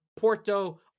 Porto